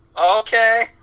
Okay